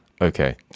Okay